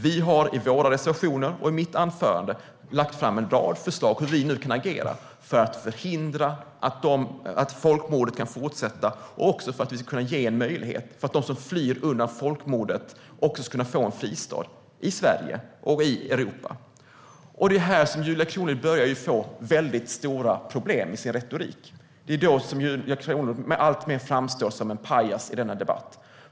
Vi har i våra reservationer och i mitt anförande lagt fram en rad förslag om hur vi nu kan agera för att förhindra att folkmordet kan fortsätta och för att vi ska kunna ge en möjlighet för dem som flyr undan folkmordet att få en fristad i Sverige och i Europa. Det är här som Julia Kronlid börjar få väldigt stora problem med sin retorik. Det är då som Julia Kronlid alltmer framstår som en pajas i denna debatt.